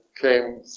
came